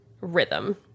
rhythm